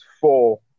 four